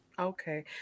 Okay